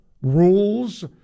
rules